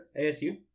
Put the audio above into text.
ASU